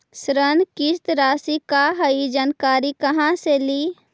ऋण किस्त रासि का हई जानकारी कहाँ से ली?